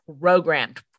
programmed